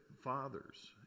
fathers